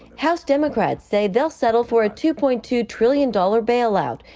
house democrats say they will settle for a to point to trillion dollar bailout,